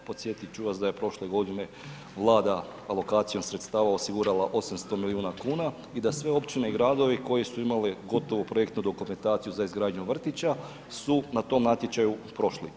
Podsjetiti ću vas da je prošle godine Vlada alokacijom sredstava osigurala 800 milijuna kuna i da sve općine i gradovi, koje su imale gotovu projektnu dokumentaciju za izgradnju vrtića su na tom natječaju prošli.